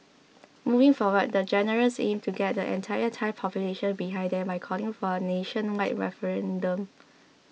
moving forward the generals aim to get the entire Thai population behind them by calling for a nationwide referendum